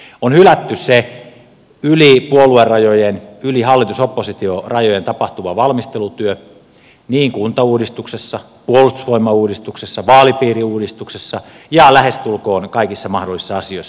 on hylätty se yli puoluerajojen yli hallitusoppositio ra jojen tapahtuva valmistelutyö kuntauudistuksessa puolustusvoimauudistuksessa vaalipiiriuudistuksessa ja lähestulkoon kaikissa mahdollisissa asioissa